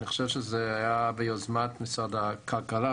אני חושב שזה היה ביוזמת משרד הכלכלה,